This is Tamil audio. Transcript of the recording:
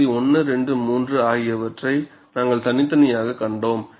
பகுதி 123 ஆகியவற்றை நாங்கள் தனித்தனியாகக் கண்டோம்